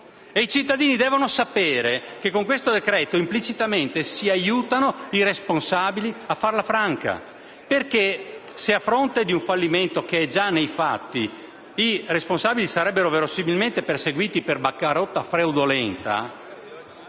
I cittadini devono sapere che, con questo decreto, implicitamente si aiutano i responsabili a farla franca, perché, se a fronte di un fallimento che è già nei fatti, i responsabili fossero verosimilmente perseguiti per bancarotta fraudolenta,